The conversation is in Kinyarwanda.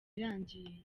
irangiye